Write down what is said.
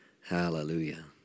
Hallelujah